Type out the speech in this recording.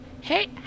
Hey